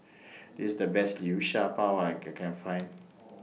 This The Best Liu Sha Bao I Can Find